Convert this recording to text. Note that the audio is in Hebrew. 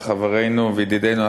לחברנו וידידנו,